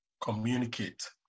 communicate